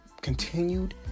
continued